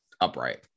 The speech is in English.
upright